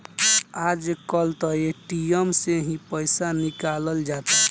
आज कल त ए.टी.एम से ही पईसा निकल जाता